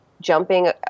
jumping